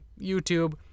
YouTube